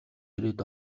ирээд